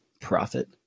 profit